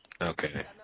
Okay